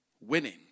winning